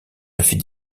effet